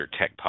Tech